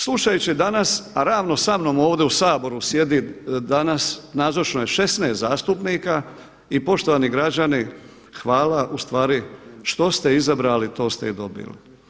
Slušajući danas a ravno samnom ovdje u Saboru sjedi danas, nazočno je 16 zastupnika i poštovani građani hvala, ustvari što ste izabrali to ste i dobili.